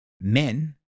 men